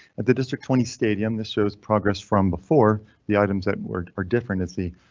at the district twenty stadium. this shows progress from before the items that were are different. is the